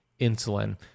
insulin